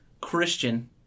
Christian